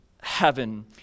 heaven